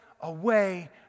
away